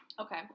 Okay